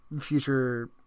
future